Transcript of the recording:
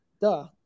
Duh